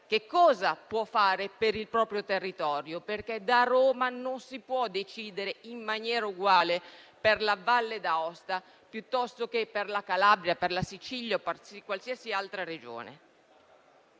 cosa può fare per esso, perché da Roma non si può decidere in maniera uguale per la Valle d'Aosta e che per la Calabria, per la Sicilia o per qualsiasi altra Regione.